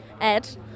Ed